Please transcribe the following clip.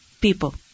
people